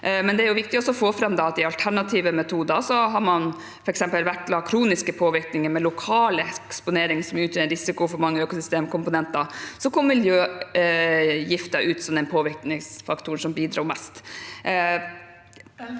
Det er viktig å få fram at i alternative metoder har man f.eks. vektlagt kroniske påvirkninger med lokal eksponering, som utgjør en risiko for mange økosystemkomponenter, og der kom miljøgifter ut som den påvirkningsfaktoren som bidro mest.